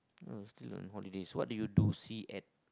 oh student holiday what do you do see at